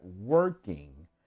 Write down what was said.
working